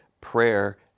prayer